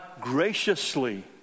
graciously